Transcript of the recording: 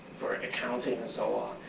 for accounting and so on.